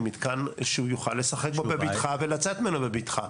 למתקן שהוא יוכל לשחק בו בבטחה ולצאת ממנו בבטחה.